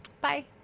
Bye